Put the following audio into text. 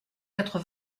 quatre